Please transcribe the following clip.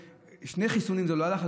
שני חיסונים זה לא הלך,